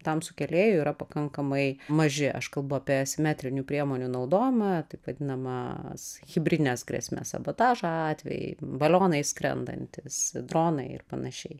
tam sukėlėjui yra pakankamai maži aš kalbu apie asimetrinių priemonių naudojimą taip vadinamas hibridines grėsmes sabotažo atvejai balionai skrendantys dronai ir panašiai